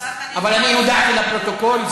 אבל הודעתי לפרוטוקול.